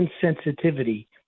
sensitivity